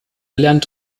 lernt